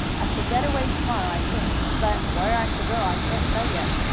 i shall get away to-morrow, i think, but where i shall go i can't tell yet.